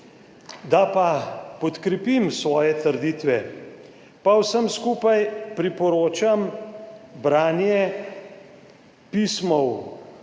Da pa podkrepim svoje trditve, pa vsem skupaj priporočam branje pisma